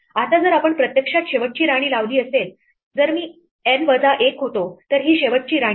आता जर आपण प्रत्यक्षात शेवटची राणी लावली असेल जर मी N वजा 1 होतो तर ही शेवटची राणी आहे